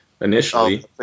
initially